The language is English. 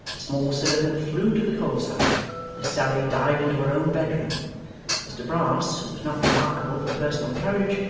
the small servant flew to the coal-cellar miss sally dived into her own bed-room mr brass, who was not remarkable for personal courage,